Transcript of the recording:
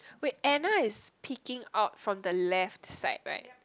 wait Anna is peeking out from the left side right